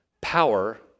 power